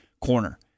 corner